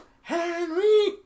Henry